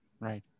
Right